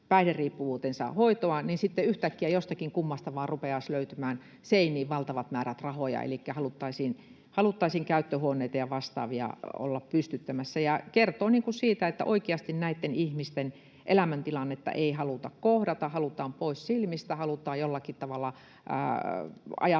päihderiippuvuuteensa hoitoa, niin sitten yhtäkkiä jostakin kummasta vaan rupeaisi löytymään seiniin valtavat määrät rahoja, elikkä haluttaisiin käyttöhuoneita ja vastaavia olla pystyttämässä. Se kertoo siitä, että oikeasti näitten ihmisten elämäntilannetta ei haluta kohdata, halutaan pois silmistä, halutaan jollakin tavalla ajatella